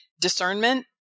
discernment